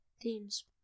teams